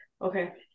Okay